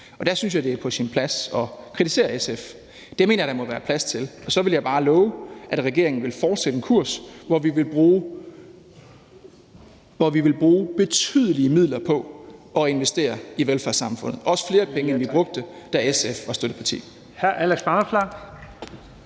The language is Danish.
Og der synes jeg, at det er på sin plads at kritisere SF. Det mener jeg der må være plads til. Så vil jeg bare love, at regeringen vil fortsætte en kurs, hvor vi vil bruge betydelige midler på at investere i velfærdssamfundet – også flere penge, end vi brugte, da SF var støtteparti.